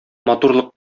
матурлык